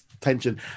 tension